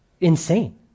insane